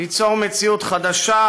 ליצור מציאות חדשה,